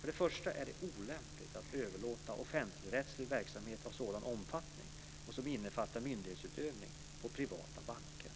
För det första är det olämpligt att överlåta offentligrättslig verksamhet av sådan omfattning och som innefattar myndighetsutövning på privata banker.